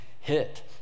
hit